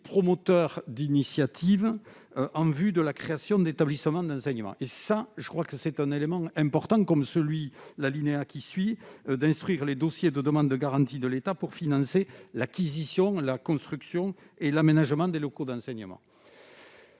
les promoteurs d'initiatives en vue de la création d'établissements d'enseignement, et ça je crois que c'est un élément important comme celui-là, linéaire, qui suit d'instruire les dossiers de demande de garantie de l'État pour financer l'acquisition, la construction et l'aménagement des locaux d'enseignement.